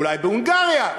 אולי בהונגריה,